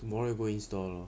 tomorrow you go install lor